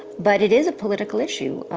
but it is a political issue.